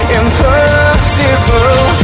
impossible